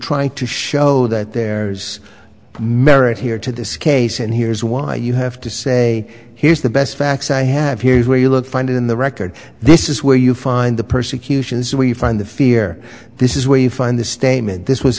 trying to show that there's merit here to this case and here's why you have to say here's the best facts i have here's where you look find in the record this is where you find the persecutions where you find the fear this is where you find the statement this was